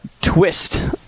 twist